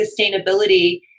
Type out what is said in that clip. sustainability